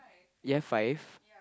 ya five